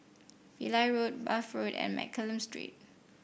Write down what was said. Pillai Road Bath Road and Mccallum Street